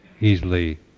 easily